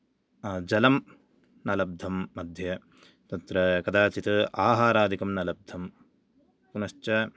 जलं न लब्धं मध्ये तत्र कदाचिद् आहारादिकं न लब्धं पुनश्च